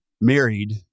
married